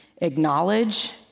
acknowledge